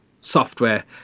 software